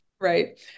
Right